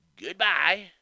goodbye